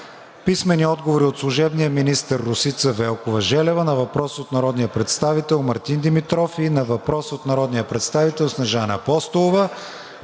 Корнелия Нинова; - служебния министър Росица Велкова-Желева на въпрос от народния представител Мартин Димитров; и на въпрос от народния представител Снежана Апостолова;